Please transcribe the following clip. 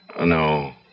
No